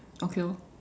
okay lor